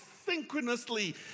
synchronously